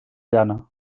llana